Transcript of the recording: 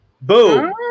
Boom